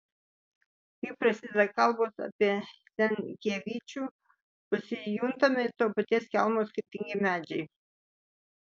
kai prasideda kalbos apie senkievičių pasijuntame to paties kelmo skirtingi medžiai